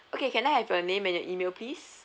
okay can I have your name and your email please